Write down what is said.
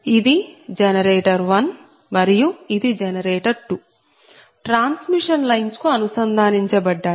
ఇది జనరేటర్1 మరియు ఇది జనరేటర్ 2 ట్రాన్స్మిషన్ లైన్స్ కు అనుసంధానించబడ్డాయి